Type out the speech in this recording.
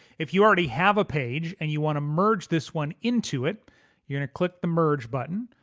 if you already have a page and you want to merge this one into it you're gonna click the merge button,